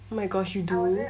oh my gosh you do